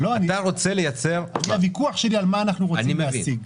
אתה רוצה לייצר --- אני הויכוח שלי על מה אנחנו רוצים להשיג.